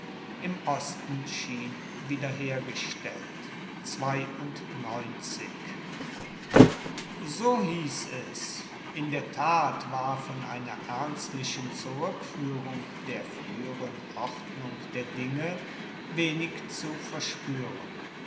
so hieß es in der tat war von einer ernstlichen zurückführung der früheren ordnung der dinge wenig zu verspüren